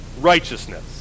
righteousness